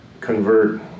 convert